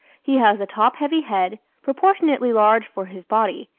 he has a top-heavy head, proportionately large for his body,